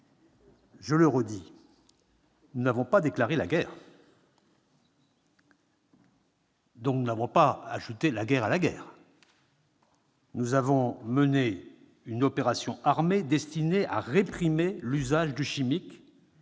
je le redis : nous n'avons pas déclaré la guerre ; nous n'avons pas ajouté la guerre à la guerre. Nous avons mené une opération armée destinée à réprimer l'usage des armes